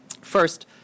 First